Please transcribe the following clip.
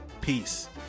Peace